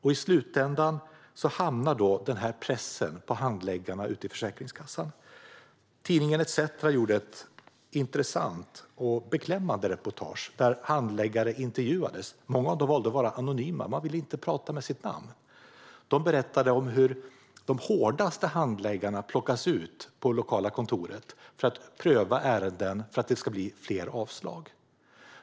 I slutändan hamnar pressen på handläggarna ute på Försäkringskassan. Tidningen ETC gjorde ett intressant och beklämmande reportage, där handläggare intervjuades. Många av dem valde att vara anonyma; de ville inte tala om sitt namn. De berättar om hur de hårdaste handläggarna på det lokala kontoret plockas ut för att pröva ärenden, för att det ska bli fler avslag.